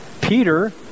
Peter